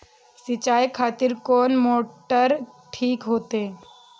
सीचाई खातिर कोन मोटर ठीक होते?